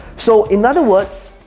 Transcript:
so in other words,